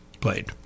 played